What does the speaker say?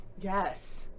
Yes